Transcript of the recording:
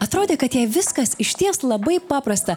atrodė kad jai viskas išties labai paprasta